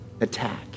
attack